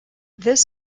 this